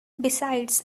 besides